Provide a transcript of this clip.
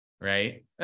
Right